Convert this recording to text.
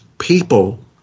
people